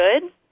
good